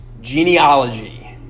genealogy